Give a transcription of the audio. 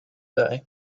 day